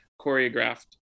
choreographed